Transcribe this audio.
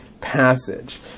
passage